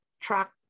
track